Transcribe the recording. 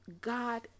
God